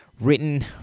written